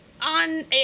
on